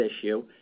issue